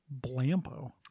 blampo